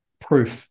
proof